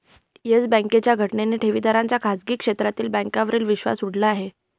yes बँकेच्या घटनेने ठेवीदारांचा खाजगी क्षेत्रातील बँकांवरील विश्वास उडाला आहे